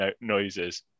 noises